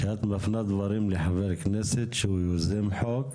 כשאת מפנה דברים לחבר כנסת שהוא יוזם חוק,